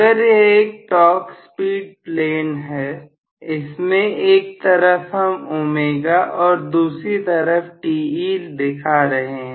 अगर यह एक टॉर्क स्पीड प्लेन है इसके एक तरफ हम ω और दूसरी तरफ Te दिखा रहे हैं